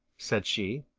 said she.